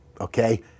okay